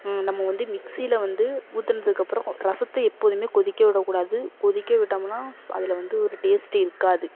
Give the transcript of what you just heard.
நம்ம வந்து மிக்சீயில் வந்து ஊற்றுனதுக்கப்பறோம் ரசத்தை எப்போதுமே கொதிக்க விடக்கூடாது கொதிக்க விட்டமுனா அதில் வந்து ஒரு டேஸ்ட்டே இருக்காது